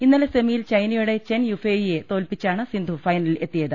ഇന്നലെ സെമിയിൽ ചൈനയുടെ ചെൻ യുഫേയിയെ തോൽപ്പിച്ചാണ് സിന്ധു ഫൈനലിൽ എത്തിയത്